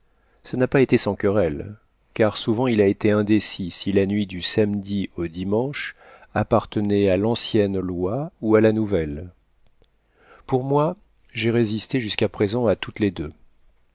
ce n'a pas été sans querelles car souvent il a été indécis si la nuit du samedi au dimanche appartenait à l'ancienne loi ou à la nouvelle pour moi j'ai résisté jusqu'à présent à toutes les deux